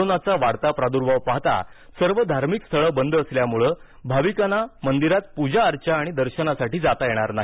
कोरोनाचा वाढता प्रार्द्भाव पाहता सर्व धार्मिक स्थळ बंद असल्याने भाविकांना मंदिरात पूजा अर्चा आणि दर्शनासाठी जाता येणार नाही